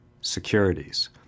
securities